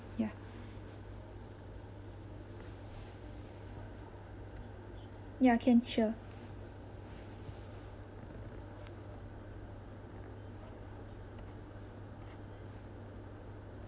ya ya can sure